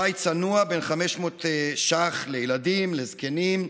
שי צנוע בן 500 שקלים לילדים, לזקנים,